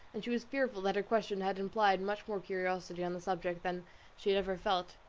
and she was fearful that her question had implied much more curiosity on the subject than she had ever felt.